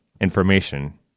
information